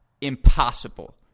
impossible